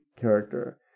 character